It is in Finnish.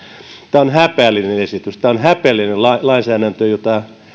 tämä on häpeällinen esitys tämä on häpeällinen lainsäädäntö jota